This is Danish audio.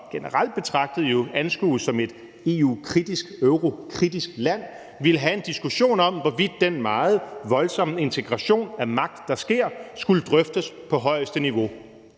generelt betragtet jo anskues som et EU-kritisk, eurokritisk land, ville have en diskussion om, hvorvidt den meget voldsomme integration af magt, der sker, skulle drøftes på højeste niveau.